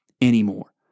anymore